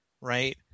Right